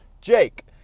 Jake